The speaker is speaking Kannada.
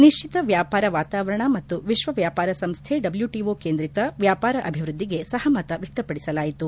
ನಿಶ್ಚಿತ ವ್ಯಾಪಾರ ವಾತಾವರಣ ಮತ್ತು ವಿಶ್ವ ವ್ಯಾಪಾರ ಸಂಸ್ಥೆ ಡಬ್ಲ್ಯೂಟಿಒ ಕೇಂದ್ರಿತ ವ್ಯಾಪಾರ ಅಭಿವೃದ್ದಿಗೆ ಸಹಮತ ವ್ಯಕ್ತಪಡಿಸಲಾಯಿತು